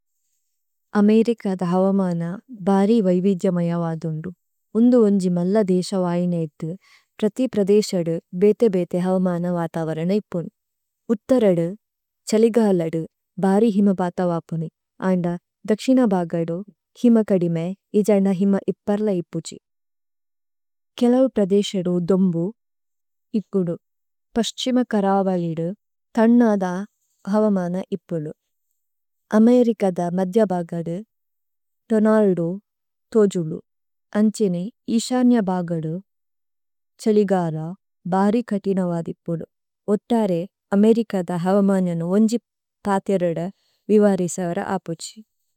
അമേഇരികദ ഹവമന ബാരി വൈവിദ്യമയ വാദുന്ദു। ഉന്ദു ഓന്ജി മല്ലദേയ്സ വായേനേ ഏത്തു, പ്രതി പ്രദേശേദു ബേതേ-ബേതേ ഹവമന വാതവരന ഇപുദു। ഉത്തരദു, ഛലിഗാലദു ബാരി ഹിമു പാതവപ്നി, അന്ദ ദക്ശിന ബഗദു ഹിമകദിമേ, ഇജന ഹിമ ഇപ്പര്ല ഇപുജി। കേലവു പ്രദേശേദു ദോമ്ബു ഇപുദു। പസ്ഛിമ കരവലിദു, ഥന്നദ ഹവമന ഇപുദു। അമേഇരികദ മദ്ദ്യ ബഗദു, ദോനല്ദു തോജുലു। അന്ഛേനി, ഇസന്യ ബഗദു, ഛലിഗാല, ബാരി കതിന വാദിപുദു। ഉത്തരേ, അമേഇരികദ ഹവമന ഓന്ജി പാതിരദ വിവാരിസര അപുജി।